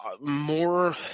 more